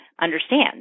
understand